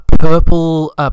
purple